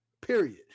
period